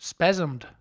spasmed